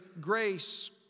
grace